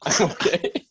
okay